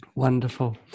Wonderful